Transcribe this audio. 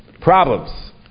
problems